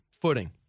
footing